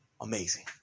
Amazing